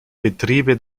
betriebe